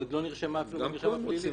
עוד לא נרשמה במרשם הפלילי -- גם פה הם רוצים